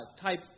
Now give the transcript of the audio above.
type